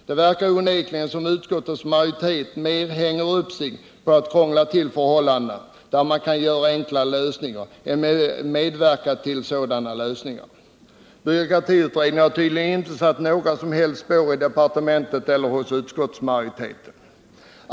Det verkar onekligen som om utskottets majoritet mer hänger upp sig på detaljer och krånglar till förhållandena än medverkar till att åstadkomma enkla lösningar. Byråkratiutredningen har tydligen inte satt några som helst spår inom departementet eller hos utskottsmajoriteten.